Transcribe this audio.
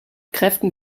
kräften